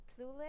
clueless